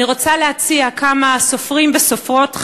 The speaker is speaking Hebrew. אני רוצה להציע כמה סופרים וסופרות,